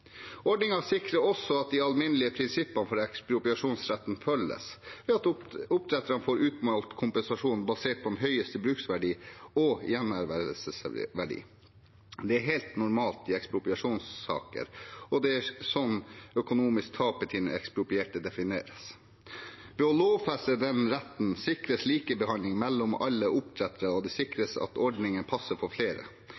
også at de alminnelige prinsippene for ekspropriasjonsretten følges, ved at oppdretterne får utmålt kompensasjon basert på høyeste bruksverdi og gjenervervsverdi. Det er helt normalt i ekspropriasjonssaker, og det er sånn det økonomiske tapet til den eksproprierte defineres. Ved å lovfeste den retten sikres likebehandling av alle oppdrettere, og det